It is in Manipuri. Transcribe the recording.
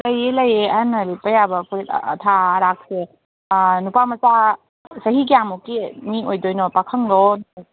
ꯂꯩꯌꯦ ꯂꯩꯌꯦ ꯑꯍꯟꯅ ꯂꯤꯠꯄ ꯌꯥꯕ ꯐꯨꯔꯤꯠ ꯑꯊꯥ ꯑꯔꯥꯛꯁꯦ ꯅꯨꯄꯥ ꯃꯆꯥ ꯆꯍꯤ ꯀꯌꯥꯃꯨꯛꯀꯤ ꯃꯤ ꯑꯣꯏꯗꯣꯏꯅꯣ ꯄꯥꯈꯪꯂꯣ